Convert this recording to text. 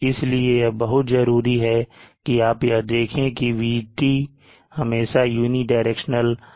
इसलिए यह बहुत जरूरी है कि आप यह देखें की VT हमेशा यूनिडायरेक्शनल बना रहे